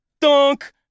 dunk